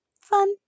fun